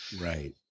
Right